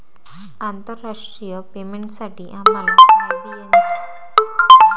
आंतरराष्ट्रीय पेमेंटसाठी आम्हाला आय.बी.एन ची आवश्यकता आहे